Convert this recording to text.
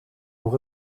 voor